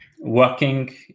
working